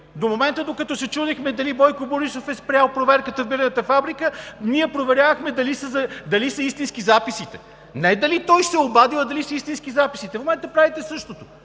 До момента, докато се чудехме дали Бойко Борисов е спрял проверката в бирената фабрика, ние проверявахме дали са истински записите – не дали той се е обадил, а дали са истински записите?! В момента правите същото